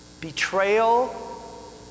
Betrayal